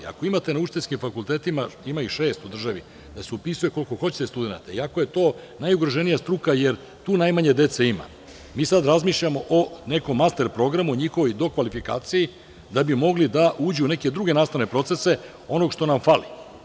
Ako imate na učiteljskim fakultetima, ima ih šest u državi, da se upisuje koliko hoćete studenata, iako je to najugroženija struka, jer tu najmanje dece ima, mi sada razmišljamo o nekom alter programu, o njihovoj dokvalifikaciji da bi mogli da uđu u neke druge nastavne procese onog što nam hvali.